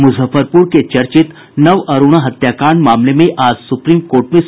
मुजफ्फरपुर के चर्चित नवरूणा हत्याकांड मामले में आज सुप्रीम कोर्ट में सुनवाई होगी